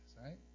right